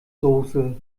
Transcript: soße